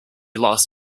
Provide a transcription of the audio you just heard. last